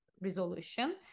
resolution